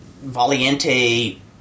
Valiente